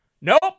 Nope